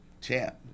Champ